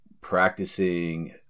practicing